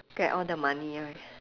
get all the money right